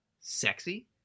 sexy